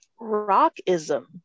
Rockism